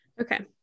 Okay